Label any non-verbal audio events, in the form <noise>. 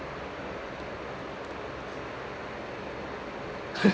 <laughs>